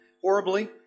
horribly